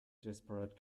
disparate